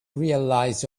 realize